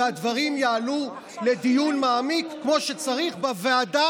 והדברים יעלו לדיון מעמיק כמו שצריך בוועדה,